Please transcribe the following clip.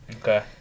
Okay